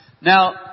Now